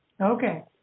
Okay